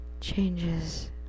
changes